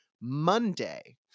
Monday